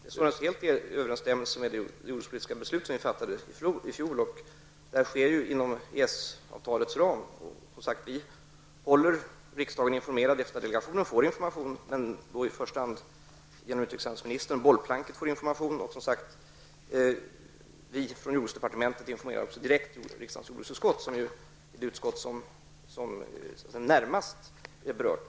Herr talman! Det står helt i överensstämmelse med det jordbrukspolitiska beslut som vi fattade i fjol. Detta sker inom EES-avtalets ram. Regeringen håller riksdagen informerad. EFTA delegationen, bollplanket, får informationen i första hand genom utrikeshandelsministern. Vi från jordbruksdepartementet informerar också direkt till riksdagens jordbruksutskott, som ju är det utskott som närmast är berört.